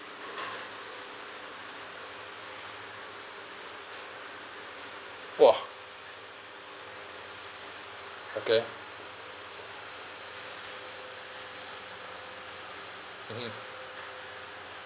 !wah! okay mmhmm